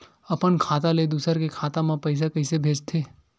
अपन खाता ले दुसर के खाता मा पईसा कइसे भेजथे?